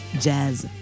Jazz